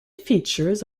features